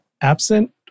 absent